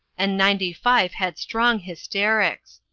and ninety-five had strong hysterics.